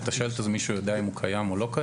האם מישהו יודע שהשלט הזה קיים או לא?